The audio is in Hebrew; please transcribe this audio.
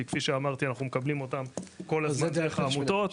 כי כמו שאמרתי אנחנו מקבלים אותם כל הזמן דרך העמותות.